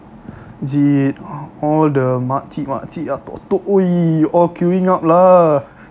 legit all the makcik makcik atuk atuk !oi! all queuing up lah